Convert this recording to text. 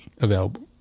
available